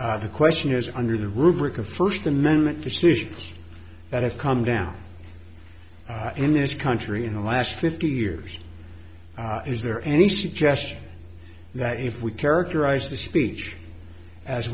all the question is under the rubric of first amendment decisions that have come down in this country in the last fifty years is there any suggestion that if we characterize the speech as